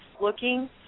looking